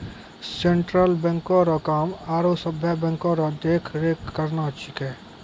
central बैंको रो काम आरो सभे बैंको रो देख रेख करना छिकै